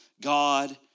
God